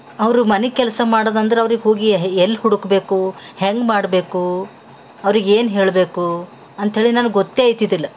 ಅವರು ಮನೆ ಕೆಲಸ ಮಾಡದಂದ್ರೆ ಅವ್ರಿಗೆ ಹೋಗಿ ಎಲ್ಲಿ ಹುಡುಕಬೇಕು ಹೆಂಗೆ ಮಾಡಬೇಕು ಅವ್ರಿಗೆ ಏನು ಹೇಳಬೇಕು ಅಂತಹೇಳಿ ನನಗೆ ಗೊತ್ತೇ ಅಯ್ತಿದಿಲ್ಲ